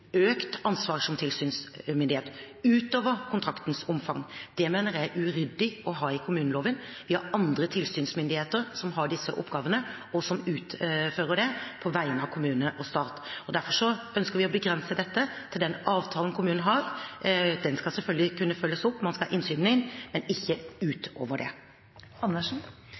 økt ansvar som tilsynsmyndighet ut over kontraktens omfang. Det mener jeg er uryddig å ha i kommuneloven. Vi har andre tilsynsmyndigheter som har disse oppgavene, og som utfører dem på vegne av kommune og stat. Derfor ønsker vi å begrense dette til den avtalen kommunen har. Den skal selvfølgelig kunne følges opp, man skal ha innsyn i den, men ikke utover